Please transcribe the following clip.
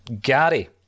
Gary